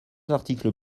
articles